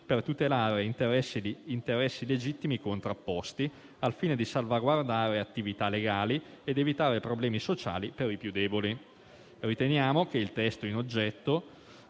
per tutelare interessi legittimi contrapposti al fine di salvaguardare attività legali ed evitare problemi sociali per i più deboli. Riteniamo che il testo oggetto